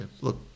Look